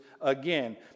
again